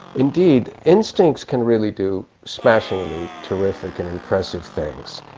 indeed. instincts can really do smashingly terrific and impressive things,